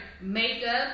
makeup